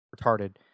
retarded